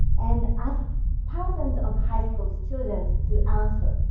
and asked thousands of high school students to answer.